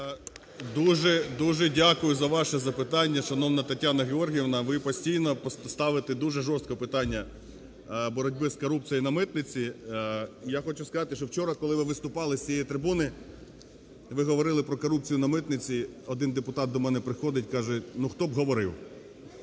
Дуже дякую за ваше запитання, шановна Тетяна Георгіївна. Ви постійно ставите дуже жорстко питання боротьби з корупцією на митниці. Я хочу сказати, що вчора, коли ви виступали з цієї трибуни, ви говорили про корупцію на митниці. Один депутат до мене приходить каже: "Ну, хто б говорив!"